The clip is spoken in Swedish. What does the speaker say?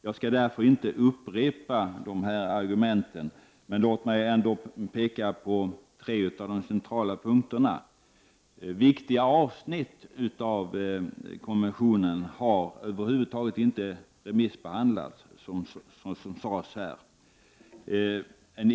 Jag skall därför inte upprepa de argumenten. Men låt mig ändå peka på tre av de centrala punkterna. Viktiga avsnitt av konventionen har över huvud taget inte remissbehandlats, som sades här.